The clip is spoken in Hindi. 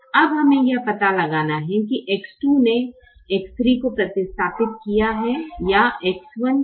अब हमें यह पता लगाना है कि X 2 ने X 3 को प्रतिस्थापित किया है या X 1 को